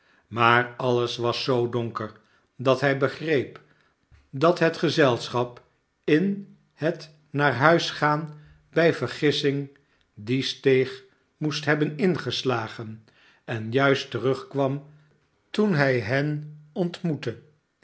maar alles was zoo donker dat hij begreep dat het gezelschap in het naar huis gaan bij vergissing die steeg moest hebben ingeslagen en juist terugkwam toen hij hen ontmoette